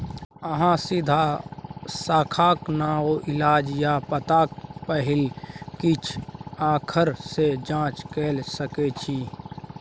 अहाँ सीधा शाखाक नाओ, इलाका या पताक पहिल किछ आखर सँ जाँच कए सकै छी